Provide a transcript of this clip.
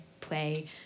play